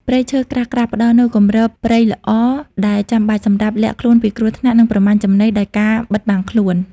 ព្រៃឈើក្រាស់ៗ ផ្តល់នូវ គម្របព្រៃល្អ ដែលចាំបាច់សម្រាប់លាក់ខ្លួនពីគ្រោះថ្នាក់ និងប្រមាញ់ចំណីដោយការបិទបាំងខ្លួន។